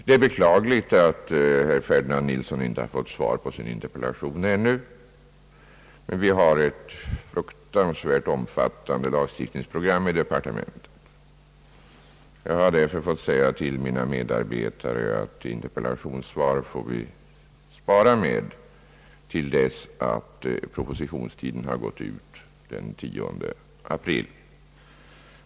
Det är beklagligt att herr Ferdinand Nilsson inte har fått svar på sin interpellation ännu. Vi har emellertid ett oerhört omfattande <lagstiftningsprogram i departementet. Jag har därför fått säga till mina medarbetare att vi får vänta med interpellationssvar till dess att propositionstiden har gått ut, den 10 april.